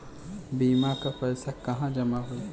बीमा क पैसा कहाँ जमा होई?